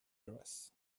grass